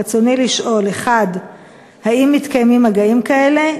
רצוני לשאול: 1. האם מתקיימים מגעים כאלה?